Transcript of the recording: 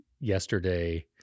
yesterday